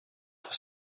dans